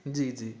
जी जी